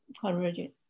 convergent